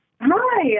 Hi